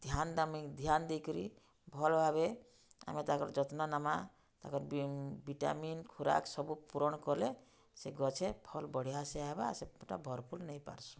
ଧ୍ୟାନ ଦେମା ଧ୍ୟାନ ଦେଇକରି ଆମେ ତାଙ୍କର୍ ଯତ୍ନ ନେମା ତାଙ୍କର୍ ଭିଟାମିନ୍ ଖୁରାକ୍ ସବୁ ପୂରଣ୍ କଲେ ସେ ଗଛେ ଫଲ୍ ବଢ଼ିଆ ସେ ହେବା ସେଟା ଭର୍ପୁର୍ ନେଇପାର୍ସୁ